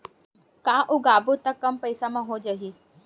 का उगाबोन त कम पईसा म हो जाही?